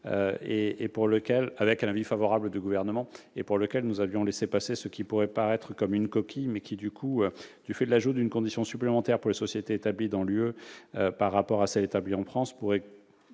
Cariou, avec un avis favorable du Gouvernement, et pour laquelle nous avons laissé passer ce qui pourrait paraître comme une coquille, mais qui, du fait de l'ajout d'une condition supplémentaire pour les sociétés établies dans l'Union européenne par rapport à celles qui le sont en France, pourrait